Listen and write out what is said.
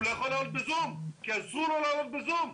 הוא לא יכול לעלות ב-זום כי אסור לו לעלות ב-זום.